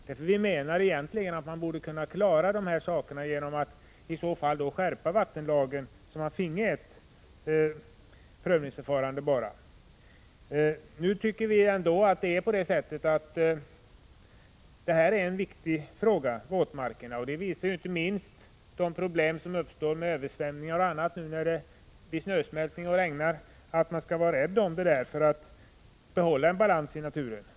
Vi menar att man egentligen borde kunna klara de här sakerna genom att skärpa vattenlagen, så att man finge bara ett prövningsförfarande. Det gäller en viktig fråga, våtmarkerna. Inte minst de problem som uppstått med översvämningar vid snösmältningen visar att man bör vara rädd om dem för att behålla en balans i naturen. Prot.